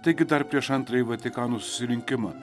taigi dar prieš antrąjį vatikano susirinkimą